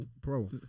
Bro